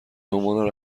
عنوان